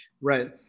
Right